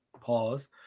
pause